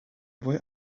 boy